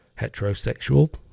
heterosexual